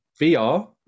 VR